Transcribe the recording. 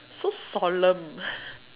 so solemn